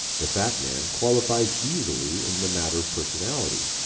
the fat man qualifies easily in the matter of personality.